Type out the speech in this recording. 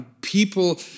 People